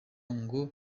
ngo